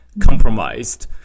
compromised